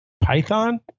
Python